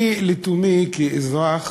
אני לתומי, כאזרח